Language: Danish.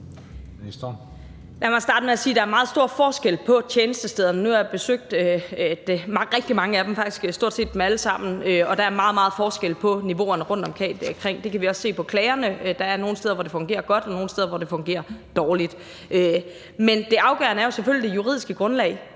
stort set dem alle sammen, og der er meget, meget forskel på niveauerne rundtomkring. Det kan vi også se på klagerne. Der er nogle steder, hvor det fungerer godt, og nogle steder, hvor det fungerer dårligt. Men det afgørende er jo selvfølgelig det juridiske grundlag,